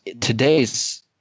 today's